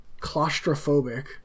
claustrophobic